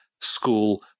school